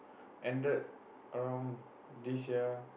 ended around this year